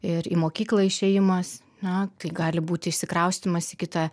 ir į mokyklą išėjimas na tai gali būt išsikraustymas į kitą